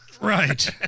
Right